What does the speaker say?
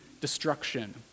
destruction